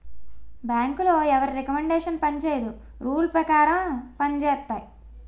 బ్యాంకులో ఎవరి రికమండేషన్ పనిచేయదు రూల్ పేకారం పంజేత్తాయి